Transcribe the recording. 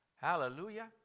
Hallelujah